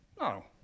No